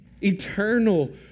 eternal